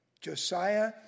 Josiah